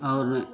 और